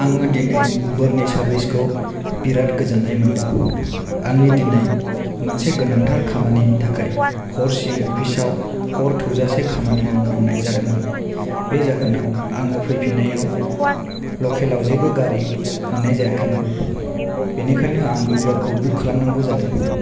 आङो दिनै उबेरनि सारबिसखौ बिराद गोजोननाय मोनदों आङो दिनै मोनसे गोनांथार खामानिनि थाखाय हरसिम अफिसयाव हर थौजासे खामा़नि मावनांनाय जादोंमोन बे जाहोनाव आङो फैफिननायाव लकेलाव जेबो गारि मोननाय जायाखैमोन बेनिखायनो आं उबारखौ बुक खालामनांगौ जादों